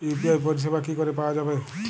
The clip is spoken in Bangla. ইউ.পি.আই পরিষেবা কি করে পাওয়া যাবে?